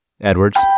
edwards